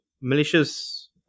malicious